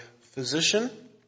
physician